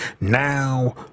now